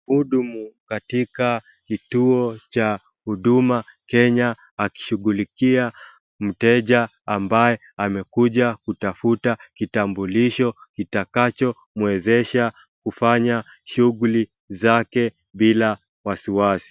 Mhudumu katika kituo cha Huduma Kenya akishughulikia mteja ambaye amekuja kutafuta kitambulisho kitakacho mwezesha kufanya shughli zake bila wasiwasi.